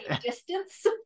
distance